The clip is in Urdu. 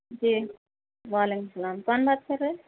جی و علیکم السلام کون بات کر رہے